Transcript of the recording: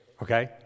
Okay